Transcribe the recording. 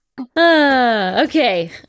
Okay